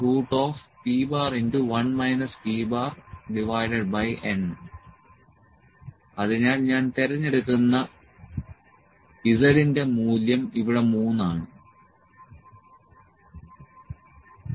L pzσ p p n അതിനാൽ ഞാൻ തിരഞ്ഞെടുക്കുന്ന z ന്റെ മൂല്യം ഇവിടെ 3 ആണ്